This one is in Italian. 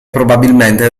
probabilmente